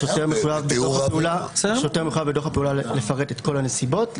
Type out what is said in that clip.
השוטר מחויב בדוח הפעולה לפרט את כל הנסיבות,